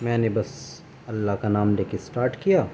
میں نے بس اللہ کا نام لے کے اسٹاٹ کیا